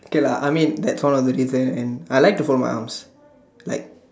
okay lah I mean that's one of the reason and I like to fold my arms like